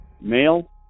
male